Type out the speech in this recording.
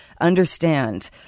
understand